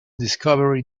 discovery